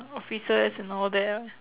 offices and all that